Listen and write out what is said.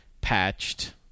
patched